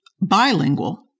Bilingual